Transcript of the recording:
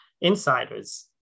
insiders